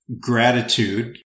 gratitude